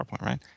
right